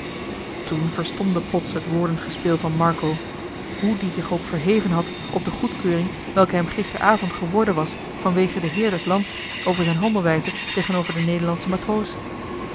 toen verstomde plots het woordengespeel van marco hoe die zich ook verheven had op de goedkeuring welke hem gisteravond geworden was van wege den heer des lands over zijn handelwijze tegenover den nederlandschen matroos